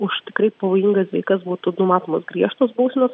už tikrai pavojingas veikas būtų numatomos griežtos bausmės